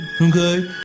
Okay